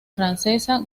francesa